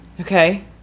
Okay